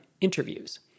interviews